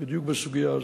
בדיוק בסוגיה הזאת.